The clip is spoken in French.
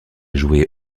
joué